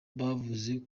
bavuze